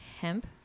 hemp